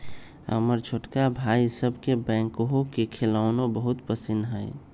हमर छोटका भाई सभके बैकहो के खेलौना बहुते पसिन्न हइ